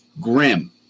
Grim